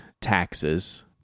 taxes